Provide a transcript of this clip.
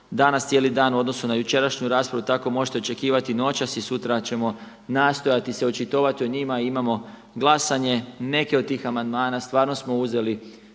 danas cijeli dan u odnosu na jučerašnju raspravu. Tako možete očekivati noćas i sutra ćemo nastojati se očitovati o njima. Imamo glasanje. Neke od tih amandmana stvarno smo uzeli